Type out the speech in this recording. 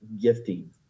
gifting